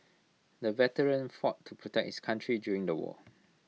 the veteran fought to protect his country during the war